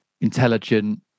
intelligent